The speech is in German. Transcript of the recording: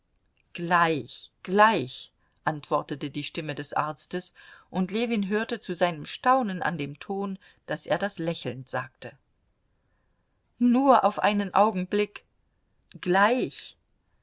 gleich gleich antwortete die stimme des arztes und ljewin hörte zu seinem staunen an dem ton daß er das lächelnd sagte nur auf einen augenblick gleich